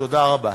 תודה רבה.